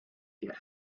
get